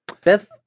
Fifth